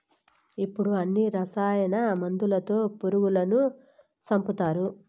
ఇప్పుడు అన్ని రసాయన మందులతో పురుగులను సంపుతారు